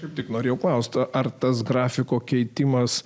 taip tik norėjau klausta ar tas grafiko keitimas